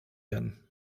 werden